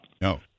No